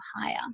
higher